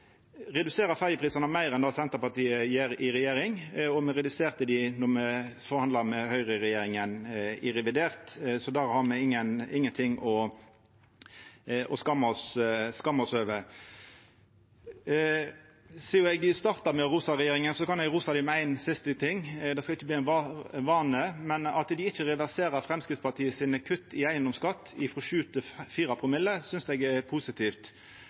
reduserer ferjeprisane meir enn det Senterpartiet gjer i regjering, og me reduserte dei då me forhandla med høgreregjeringa i revidert, så der har me ingenting å skamma oss over. Sidan eg starta med å rosa regjeringa, kan eg rosa dei for ein siste ting. Det skal ikkje bli ein vane, men at dei ikkje reverserer Framstegspartiet sine kutt i eigedomsskatten, frå 7 til 4 promille, synest eg er positivt.